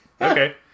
okay